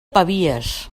pavies